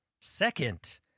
Second